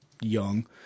young